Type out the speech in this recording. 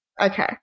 okay